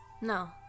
no